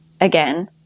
Again